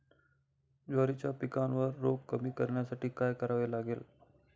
ज्वारीच्या पिकावरील रोग कमी करण्यासाठी काय करावे लागेल?